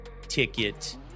ticket